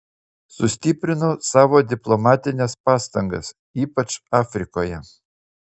sustiprino savo diplomatines pastangas ypač afrikoje